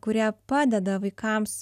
kurie padeda vaikams